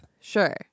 Sure